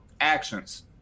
Actions